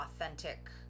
authentic